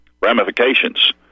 ramifications